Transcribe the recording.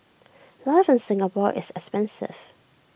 life in Singapore is expensive